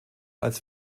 als